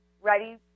ready